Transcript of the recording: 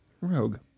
Rogue